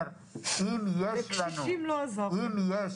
לקשישים לא עזרתם.